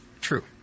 True